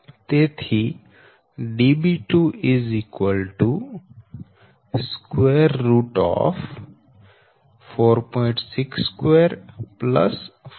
તેથી Db2 4